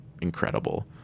incredible